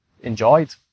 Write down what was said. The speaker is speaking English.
enjoyed